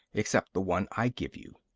except the one i give you.